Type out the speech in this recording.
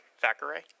Thackeray